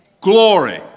glory